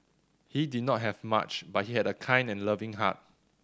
he did not have much but he had a kind and loving heart